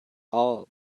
all